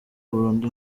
burundi